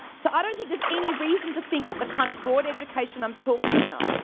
so i don't think there's any reason to think that the kind of broad education i'm talking about,